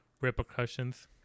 repercussions